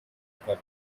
kane